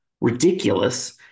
ridiculous